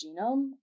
genome